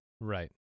Right